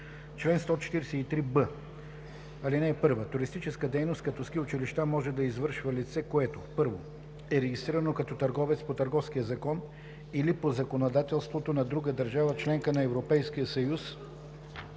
Чл. 143б. (1) Туристическа дейност като ски училище може да извършва лице, което: 1. е регистрирано като търговец по Търговския закон или по законодателството на друга държава – членка на Европейския съюз,